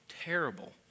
terrible